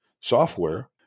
software